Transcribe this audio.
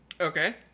Okay